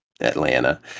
Atlanta